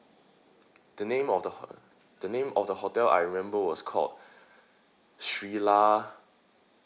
the name of the ho~ the name of the hotel I remember was called srila